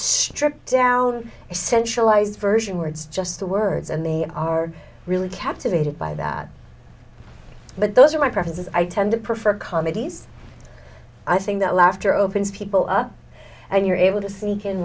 stripped down essential eyes version where it's just the words and they are really captivated by that but those are my preferences i tend to prefer comedies i think that laughter opens people up and you're able to sneak in